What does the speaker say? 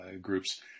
groups